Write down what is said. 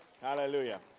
Hallelujah